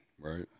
Right